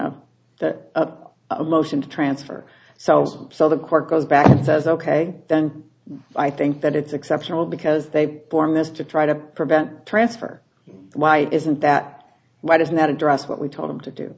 of that a motion to transfer sounds so the court goes back and says ok then i think that it's acceptable because they form this to try to prevent transfer why isn't that why does not address what we told them to do